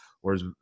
Whereas